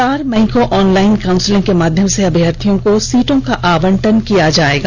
चार मई को ऑनलाइन काउंसिलिंग के माध्यम से अभ्यर्थियों को सीटों का आवंटन किया जाएगा